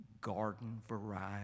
garden-variety